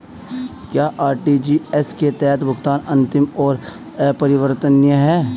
क्या आर.टी.जी.एस के तहत भुगतान अंतिम और अपरिवर्तनीय है?